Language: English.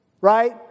right